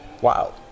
wow